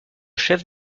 chef